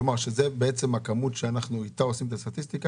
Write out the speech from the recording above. כלומר זה בעצם הכמות שאיתה אנחנו עושים את הסטטיסטיקה?